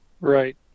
Right